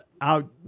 out